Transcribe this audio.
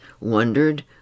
wondered